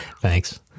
Thanks